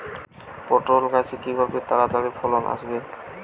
পটল গাছে কিভাবে তাড়াতাড়ি ফলন আসবে?